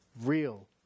real